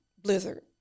Blizzard